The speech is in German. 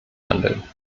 handeln